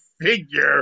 figure